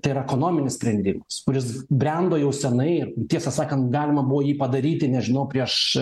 tai yra ekonominis sprendimas kuris brendo jau seniai tiesą sakant galima buvo jį padaryti nežinau prieš